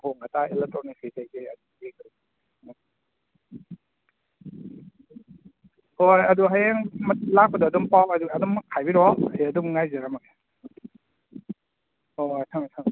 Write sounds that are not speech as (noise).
ꯑꯍꯣꯡ ꯑꯇꯥ ꯑꯦꯂꯦꯛꯇ꯭ꯔꯣꯅꯤꯛꯁꯀꯤ ꯀꯩꯀꯩ (unintelligible) ꯍꯣꯏ ꯍꯣꯏ ꯑꯗꯨ ꯍꯌꯦꯡ ꯂꯥꯛꯄꯗ ꯑꯗꯨꯝ ꯄꯥꯎ ꯑꯗꯨ ꯑꯗꯨꯃꯛ ꯍꯥꯏꯕꯤꯔꯣ ꯑꯩ ꯑꯗꯨꯝ ꯉꯥꯏꯖꯔꯝꯃꯒꯦ ꯍꯣꯏ ꯍꯣꯏ ꯊꯝꯃꯦ ꯊꯝꯃꯦ